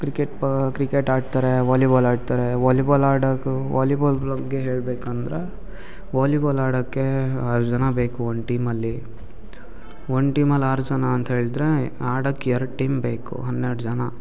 cricket ಪ cricket ಆಡ್ತಾರೆ volleyball ಆಡ್ತಾರೆ ವಾಲಿಬಾಲ್ ಆಡಗು ವಾಲಿಬಾಲ್ ಬಗ್ಗೆ ಹೇಳ್ಬೇಕು ಅಂದ್ರೆ ವಾಲಿಬಾಲ್ ಆಡಕ್ಕೆ ಆರು ಜನ ಬೇಕು ಒಂದು ಟೀಮಲ್ಲಿ ಒಂದು ಟೀಮಲ್ಲಿ ಆರು ಜನ ಅಂತ ಹೇಳಿದ್ರೆ ಆಡಕ್ಕೆ ಎರಡು ಟೀಮ್ ಬೇಕು ಹನ್ನೆರಡು ಜನ